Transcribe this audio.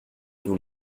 nous